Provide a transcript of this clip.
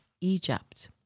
Egypt